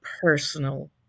personal